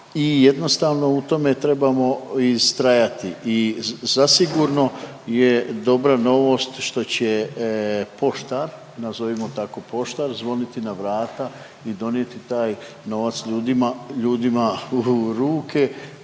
jednostavno, u tome trebamo istrajati i zasigurno je dobra novost što će poštar, nazovimo tako, poštar, zvoniti na vrata i donijeti taj novac ljudima,